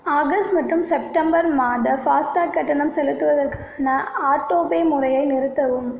August மற்றும் September மாத FASTag கட்டணம் செலுத்துவதற்கான ஆட்டோபே முறையை நிறுத்தவும்